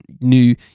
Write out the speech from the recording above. new